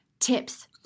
Tips